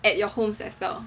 at your homes as well